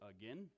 again